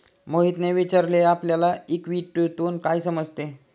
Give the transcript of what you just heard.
मोहितने विचारले आपल्याला इक्विटीतून काय समजते?